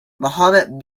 muhammad